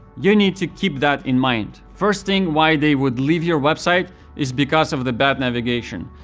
you need to keep that in mind. first thing why they would leave your website is because of the bad navigation.